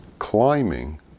climbing